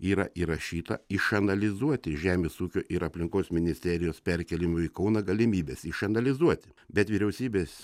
yra įrašyta išanalizuoti žemės ūkio ir aplinkos ministerijos perkėlimo į kauną galimybes išanalizuoti bet vyriausybės